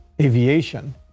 Aviation